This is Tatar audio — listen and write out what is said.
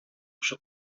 чыга